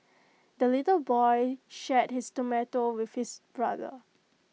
the little boy shared his tomato with his brother